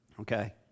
Okay